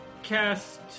Cast